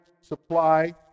supply